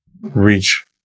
reach